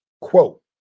Quote